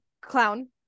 clown